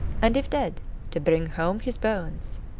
and if dead to bring home his bones.